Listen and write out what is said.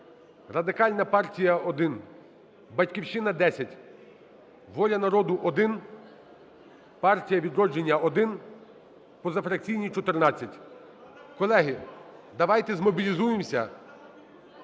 Радикальна партія – 1, "Батьківщина" – 10, "Воля народу" – 1, партія "Відродження" – 1, позафракційні – 14. Колеги, давайте змобілізуємося,